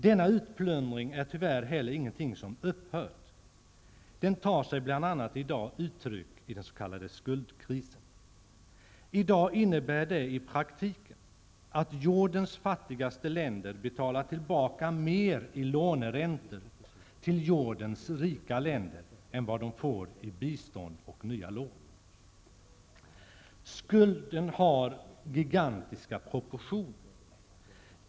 Denna utplundring är tyvärr heller ingenting som upphört. Den tar sig bl.a. i dag uttryck i den s.k. skuldkrisen. I dag innebär det i praktiken att jordens fattigaste länder betalar tillbaka mer i låneräntor till jordens rika länder än vad de får i bistånd och nya lån. Skulden har gigantiska proportioner.